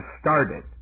started